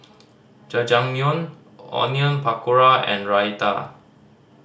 Jajangmyeon Onion Pakora and Raita